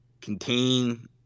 contain